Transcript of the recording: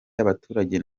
y’abaturage